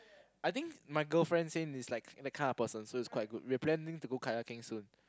I think my girlfriend same is that kind of person and is quite good we are planning to go kayaking soon